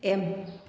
M